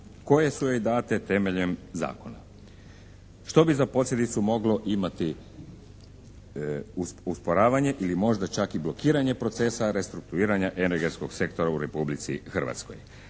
koje su joj date temeljem zakona što bi za posljedicu moglo imati usporavanje ili možda čak i blokiranje procesa restrukturiranja energetskog sektora u Republici Hrvatskoj.